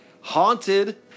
haunted